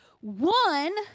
One